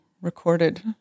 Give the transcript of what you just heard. recorded